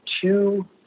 two